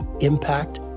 impact